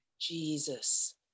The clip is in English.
Jesus